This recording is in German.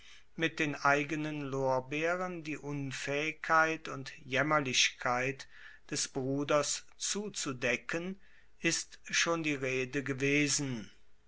mit den eigenen lorbeeren die unfaehigkeit und jaemmerlichkeit des bruders zuzudecken ist schon die rede gewesen